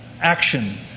Action